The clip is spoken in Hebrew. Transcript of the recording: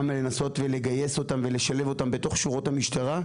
גם לנסות ולגייס אותם ולשלב אותם בתוך שורות המשטרה,